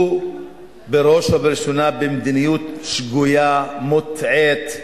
הוא בראש ובראשונה ממדיניות שגויה, מוטעית,